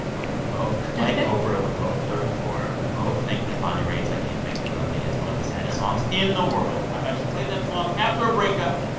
ok. we both like oprah. we're both thirty four. we both think that bonnie raitt's i can't make you love me is one of the saddest songs in the world. i've actually played that song after a breakup.